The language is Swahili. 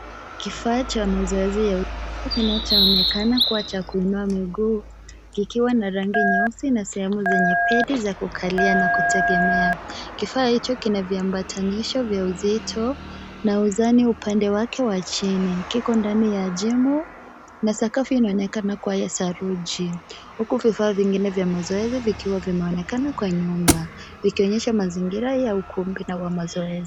Kifaa cha mazoezi ya uzito kinachoonekana kuwa cha kuinua miguu kikiwa na rangi nyeusi na sehemu zenye pedi za kukalia na kutegemea. Kifaa hicho kina viambatanisho vya uzito na uzani upande wake wa chini. Kiko ndani ya jimu na sakafu inaonekana kuwa ya saruji huku vifaa vingine vya mazoezi vikiwa vimeonekana kwa nyumba vikionyesha mazingira ya ukumbi na wa mazoezi.